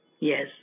Yes